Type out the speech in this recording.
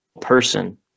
person